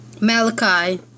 Malachi